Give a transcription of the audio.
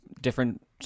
different